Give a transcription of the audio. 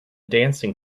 dancing